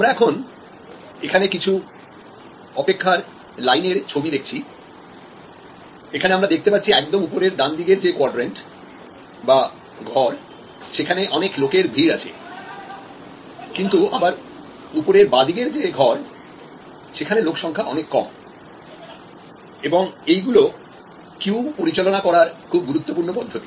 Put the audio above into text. আমরা এখন এখানে কিছু অপেক্ষার লাইনের ছবি দেখছিএখানে আমরা দেখতে পাচ্ছি একদম উপরের ডান দিকের যে কোয়াড্রেন্টসেখানে অনেক লোকের ভিড় আছে কিন্তু আবার উপরের বাঁদিকের যে ঘর সেখানে লোক সংখ্যা অনেক কম এবং এইগুলো কিউ পরিচালনা করার খুব গুরুত্বপূর্ণ পদ্ধতি